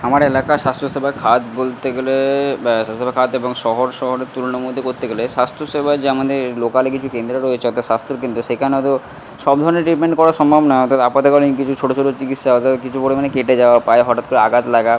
আমার এলাকায় স্বাস্থ্যসেবা খাত বলতে গেলে স্বাস্থ্যসেবা খাত এবং শহর শহরের তুলনার মধ্যে করতে গেলে স্বাস্থ্যসেবা যে আমাদের লোকালে কিছু কেন্দ্র রয়েছে অর্থাৎ স্বাস্থ্যকেন্দ্র সেখানে হয়তো সব ধরনের ট্রিটমেন্ট করা সম্ভব না অর্থাৎ আপাতকালীন কিছু ছোটো ছোটো চিকিৎসা অর্থাৎ কিছু পরিমাণে কেটে যাওয়া পায়ে হঠাৎ করে আঘাত লাগা